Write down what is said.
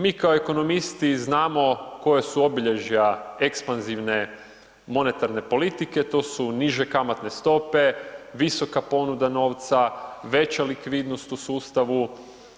Mi kao ekonomisti, znamo, koja su obilježe, ekspanzivne monetarne politike, to su niže kamatne stope, visoka ponuda novca, veća likvidnost u sustavu.